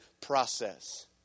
process